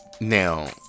Now